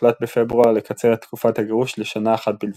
הוחלט בפברואר לקצר את תקופת הגירוש לשנה אחת בלבד.